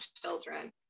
children